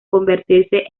convertirse